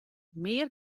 mear